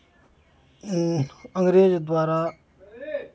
अंग्रेज द्वारा